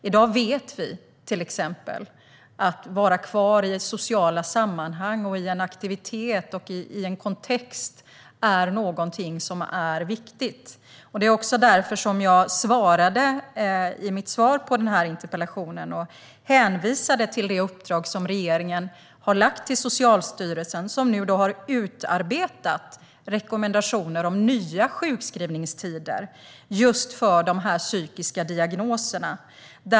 I dag vet vi till exempel att det är viktigt att vara kvar i sociala sammanhang och att vara kvar i aktivitet och i en kontext. Det var därför som jag i mitt svar på denna interpellation hänvisade till det uppdrag som regeringen har gett Socialstyrelsen, som nu har utarbetat rekommendationer om nya sjukskrivningstider just för dessa psykiska diagnoser.